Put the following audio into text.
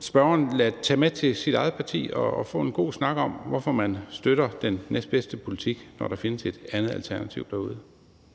spørgeren da tage med til sit eget parti og få en god snak om, altså hvorfor man støtter den næstbedste politik, når der findes et andet alternativ derude.